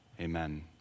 Amen